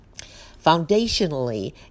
Foundationally